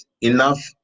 enough